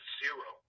zero